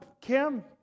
Kim